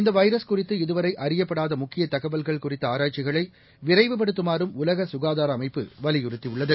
இந்தவைரஸ்குறித்து இதுவரைஅறியப்படாதமுக்கியத்தகவல்கள்குறித்த ஆராய்ச்சிகளைவிரைவுபடுத்துமாறும்உலகசுகாதாரஅமை ப்பு வலியுறுத்தியுள்ளது